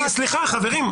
סליחה, חברים.